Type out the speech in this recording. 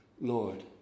Lord